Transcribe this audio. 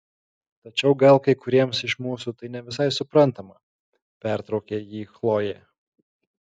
tačiau gal kai kuriems iš mūsų tai ne visai suprantama pertraukė jį chlojė